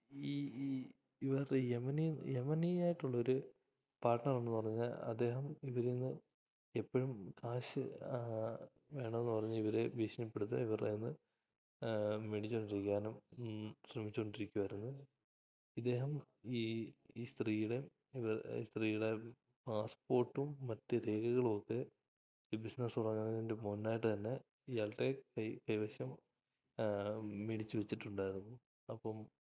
ഈ ഈ ഇവരുടെ യമനിൽനിന്ന് യമനിയായിട്ടുള്ളൊരു പാർട്ണറുണ്ടെന്നു പറഞ്ഞാൽ അദ്ദേഹം ഇവരിൽനിന്ന് എപ്പോഴും കാഷ് വേണമെന്നു പറഞ്ഞു ഇവരെ ഭീഷണിപ്പെടുത്തുക ഇവരുടെ കയ്യിൽനിന്ന് മേടിച്ചുകൊണ്ടിരിക്കാനും ശ്രമിച്ചുകൊണ്ടിരിക്കുമായിരുന്നു ഇദ്ദേഹം ഈ ഈ സ്ത്രീയുടെ സ്ത്രീയുടെ പാസ്പോർട്ടും മറ്റു രേഖകളുമൊക്കെ ഈ ബിസിനസ്സ് തുടങ്ങുന്നതിന് മുന്നെയായിട്ടുതന്നെ ഇയാളുടെ കൈ കൈവശം മേടിച്ചുവെച്ചിട്ടുണ്ടായിരുന്നു അപ്പം